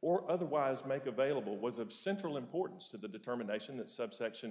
or otherwise make available was of central importance to the determination that subsection